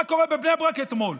מה קורה בבני ברק אתמול?